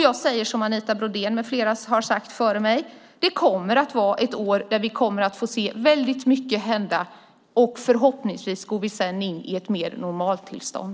Jag säger som Anita Brodén med flera har sagt före mig: Det kommer att vara ett år då vi får se mycket hända. Förhoppningsvis går vi sedan in i ett normaltillstånd.